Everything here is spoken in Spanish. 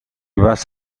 vas